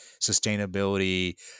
sustainability